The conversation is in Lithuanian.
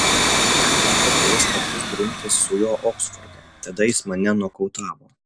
man teko kelis kartus grumtis su juo oksforde tada jis mane nokautavo